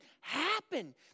happen